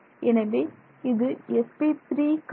எனவே இது sp3 கலவை